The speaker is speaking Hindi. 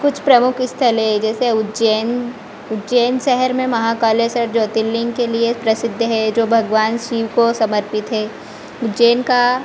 कुछ प्रमुख स्थल है जैसे उज्जैन उज्जैन शहर में महाकालेश्वर ज्योतिर्लिंग के लिए प्रसिद्ध है जो भगवान शिव को समर्पित है उज्जैन का